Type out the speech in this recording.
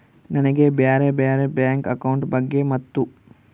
ನನಗೆ ಬ್ಯಾರೆ ಬ್ಯಾರೆ ಬ್ಯಾಂಕ್ ಅಕೌಂಟ್ ಬಗ್ಗೆ ಮತ್ತು?